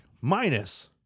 Minus